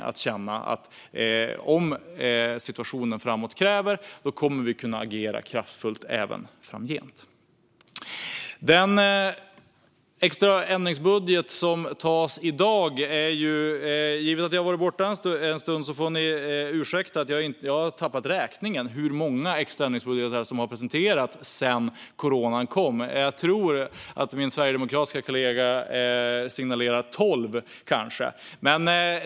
Vi kan känna att om situationen så kräver kommer vi även framgent att kunna agera kraftfullt. Eftersom jag har varit borta ett tag får ni ursäkta att jag har tappat räkningen på hur många extra ändringsbudgetar som har presenterats sedan coronan kom. Jag tror att min sverigedemokratiska kollega signalerade tolv.